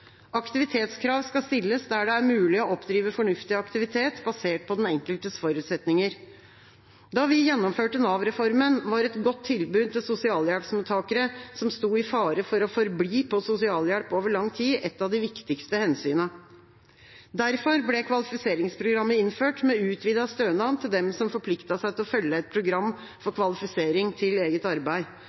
Aktivitetskrav skal stilles der det er mulig å oppdrive fornuftig aktivitet, basert på den enkeltes forutsetninger. Da vi gjennomførte Nav-reformen, var et godt tilbud til sosialhjelpsmottakere som sto i fare for å forbli på sosialhjelp over lang tid, et av de viktigste hensynene. Derfor ble kvalifiseringsprogrammet innført, med utvidet stønad til dem som forpliktet seg til å følge et program for kvalifisering til eget arbeid.